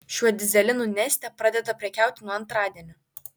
šiuo dyzelinu neste pradeda prekiauti nuo antradienio